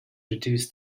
reduced